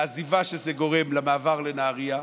לעזיבה שזה גורם, למעבר לנהריה,